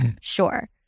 sure